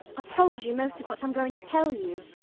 told you most of what i'm going to tell you.